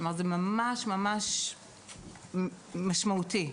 כלומר, זה ממש-ממש משמעותי.